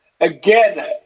again